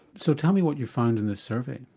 so tell me what you found in this survey?